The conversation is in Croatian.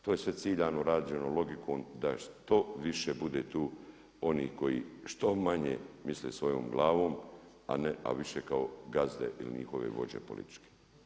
To je sve ciljano rađeno logikom da je što više bude tu onih koji što manje misle svojom glavom, a više kao gazde ili njihove vođe političke.